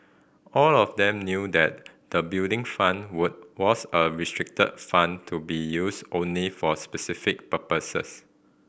all of them knew that the Building Fund were was a restricted fund to be used only for specific purposes